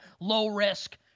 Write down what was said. low-risk